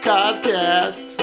Coscast